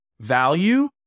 value